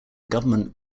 government